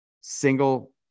single